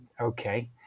okay